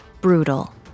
brutal